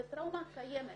זו טראומה קיימת.